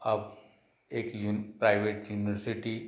अब एक private university